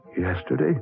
Yesterday